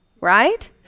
right